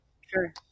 sure